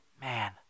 man